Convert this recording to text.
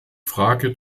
frage